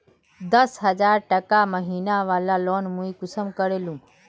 दस हजार टका महीना बला लोन मुई कुंसम करे लूम?